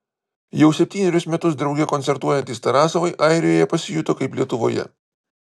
jau septynerius metus drauge koncertuojantys tarasovai airijoje pasijuto kaip lietuvoje